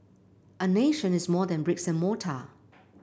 a nation is more than bricks and mortar